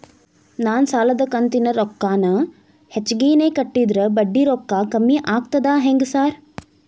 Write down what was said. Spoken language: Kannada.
ನಾನ್ ಸಾಲದ ಕಂತಿನ ರೊಕ್ಕಾನ ಹೆಚ್ಚಿಗೆನೇ ಕಟ್ಟಿದ್ರ ಬಡ್ಡಿ ರೊಕ್ಕಾ ಕಮ್ಮಿ ಆಗ್ತದಾ ಹೆಂಗ್ ಸಾರ್?